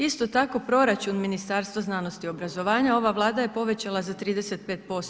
Isto tako, proračun Ministarstva znanosti i obrazovanja ova Vlada je povećala za 35%